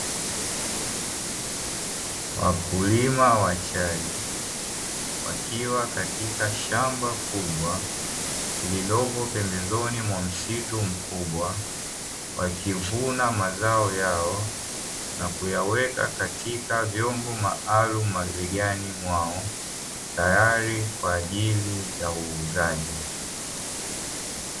Wakulima wa chai wakiwa katika shamba kubwa lililopo pembezoni mwa msitu mkubwa, wakivuna mazao yao na kuyaweka katika vyombo maalumu mabegani mwao tayari kwa ajili ya uuzaji.